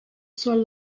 sual